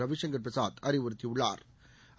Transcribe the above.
Ravishankar Prasad அறிவுறுத்தியுள்ளா்